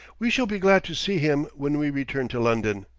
we shall be glad to see him when we return to london.